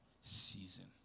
season